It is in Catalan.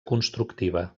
constructiva